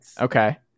Okay